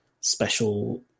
special